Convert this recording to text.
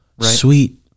sweet